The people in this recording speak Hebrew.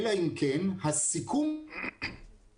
הצדדים כבר ידעו